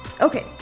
okay